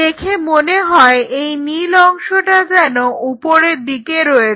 দেখে মনে হয় এই নীল অংশটা যেন উপরের দিকে রয়েছে